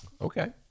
Okay